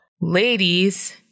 Ladies